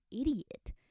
idiot